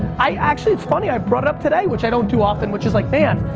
i actually it's funny, i brought it up today which i don't do often, which is like man.